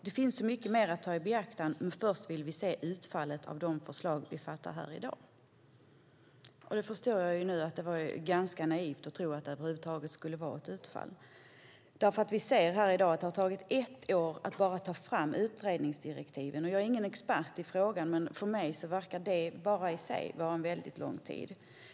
Det finns så mycket mer att ta i beaktande, men först vill vi se utfallet av de beslut vi fattar här i dag. Det var ganska naivt av mig att tro att det över huvud taget skulle bli ett utfall. Vi ser i dag att det har tagit ett år att bara ta fram utredningsdirektiven. Jag är ingen expert i frågan, men det verkar vara väldigt lång tid.